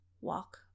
walk